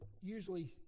usually